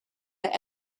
that